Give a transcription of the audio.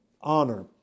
honor